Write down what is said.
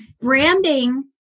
branding